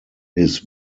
his